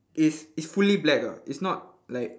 it's it's fully black ah it's not like